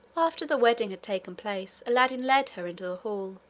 after the wedding had taken place aladdin led her into the hall,